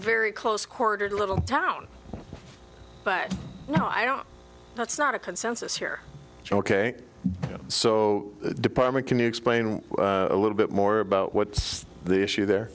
very close quarter little town but no i don't that's not a consensus here ok so department can you explain a little bit more about what's the issue there